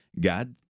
God